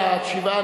התשע"א 2011,